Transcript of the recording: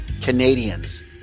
Canadians